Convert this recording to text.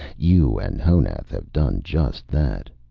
you and honath have done just that.